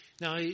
Now